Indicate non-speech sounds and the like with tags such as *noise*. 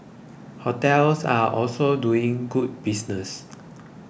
hotels are also doing good business *noise*